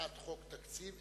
הצעת חוק תקציב,